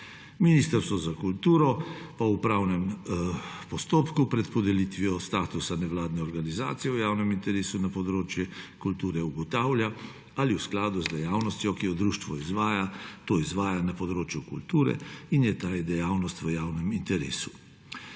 Ministrstvo za kulturo po upravnem postopku pred podelitvijo statusa nevladne organizacije v javnem interesu na področju kulture ugotavlja, ali v skladu z dejavnostjo, ki jo društvo izvaja, to izvaja na področju kulture in je ta dejavnost v javnem interesu.